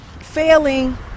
failing